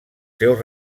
seus